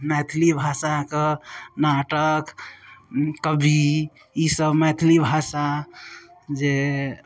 मैथिली भाषाके नाटक कवि ई सब मैथिली भाषा जे